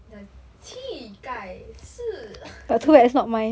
the 气盖士